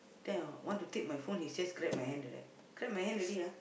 then I want to take my phone he just grab my hand like that grab my hand already ah